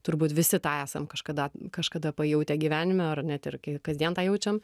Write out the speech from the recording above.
turbūt visi tą esam kažkada kažkada pajautę gyvenime ar net ir kasdien tą jaučiam